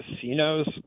casinos